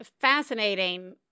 fascinating